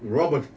robert